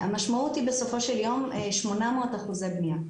המשמעות היא בסופו של יום 800% בנייה.